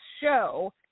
show